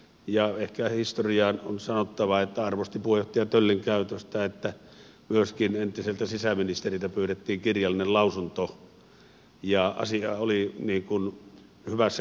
ja ehkä historiaan on sanottava että arvostin puheenjohtaja töllin käytöstä siinä että myöskin entiseltä sisäministeriltä pyydettiin kirjallinen lausunto ja asia oli hyvässä käsittelyssä